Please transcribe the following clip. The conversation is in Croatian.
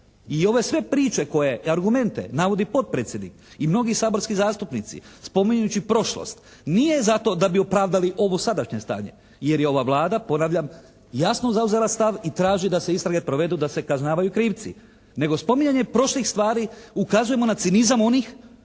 I ove sve priče koje i argumente navodi potpredsjednik i mnogi saborski zastupnici spominjući prošlost nije za to da bi opravdali ovo sadašnje stanje jer je ova Vlada ponavljam jasno zauzela stav i traži da se istrage provedu da se kažnjavaju krivci, nego spominjanje prošlih stvari ukazujemo na cinizam onih